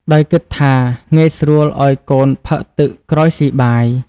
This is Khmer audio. ដោយគិតថាងាយស្រួលឱ្យកូនផឹកទឹកក្រោយស៊ីបាយ។